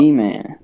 man